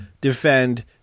defend